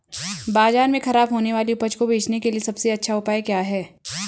बाजार में खराब होने वाली उपज को बेचने के लिए सबसे अच्छा उपाय क्या हैं?